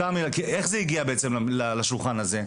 איך זה הגיע בעצם לשולחן הזה?